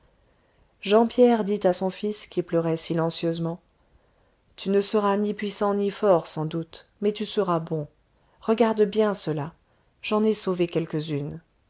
jean pierre dit à son fils qui pleurait silencieusement tu ne seras ni puissant ni fort sans doute mais tu seras bon regarde bien cela j'en ai sauvé quelques-unes